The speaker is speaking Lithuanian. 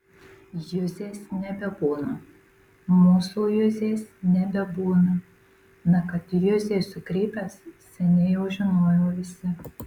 juzės nebebūna mūsų juzės nebebūna na kad juzė sukrypęs seniai jau žinojo visi